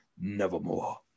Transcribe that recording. nevermore